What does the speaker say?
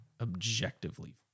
objectively